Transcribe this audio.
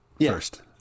first